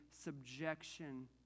subjection